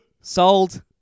Sold